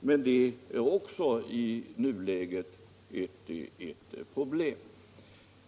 men det är också i nuläget ett problem.